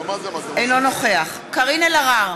אינו נוכח קארין אלהרר,